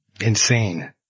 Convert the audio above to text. insane